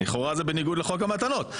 לכאורה זה בניגוד לחוק המתנות.